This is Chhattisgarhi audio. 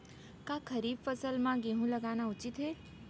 का खरीफ फसल म गेहूँ लगाना उचित है?